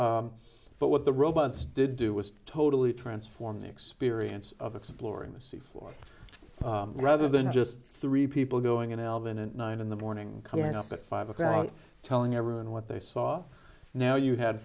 but what the robots did do was totally transform the experience of exploring the sea floor rather than just three people going in alvin and nine in the morning coming up at five o'clock telling everyone what they saw now you had